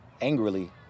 angrily